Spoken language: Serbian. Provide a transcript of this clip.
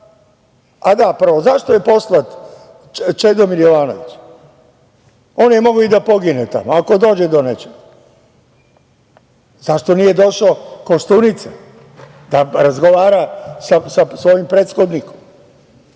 bio tu.Zašto je poslat Čedomir Jovanović? On je mogao i da pogine tamo, ako dođe do nečega. Zašto nije došao Koštunica da razgovara sa svojim prethodnikom?